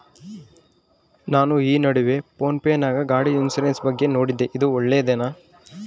ನಾನು ಈ ನಡುವೆ ಫೋನ್ ಪೇ ನಾಗ ಗಾಡಿ ಇನ್ಸುರೆನ್ಸ್ ಬಗ್ಗೆ ನೋಡಿದ್ದೇ ಇದು ಒಳ್ಳೇದೇನಾ?